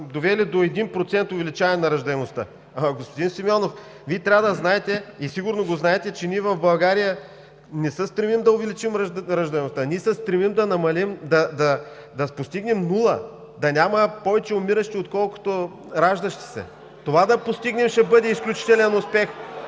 довели до 1% увеличаване на раждаемостта. Господин Симеонов, Вие трябва да знаете и сигурно го знаете, че ние в България не се стремим да увеличим раждаемостта. Ние се стремим да постигнем нула – да няма повече умиращи, отколкото раждащи се. Това да постигнем ще бъде изключителен успех